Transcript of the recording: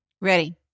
Ready